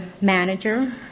manager